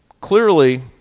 clearly